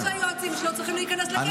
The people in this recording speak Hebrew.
זה אומר שהיועצים שלו צריכים להיכנס לכלא,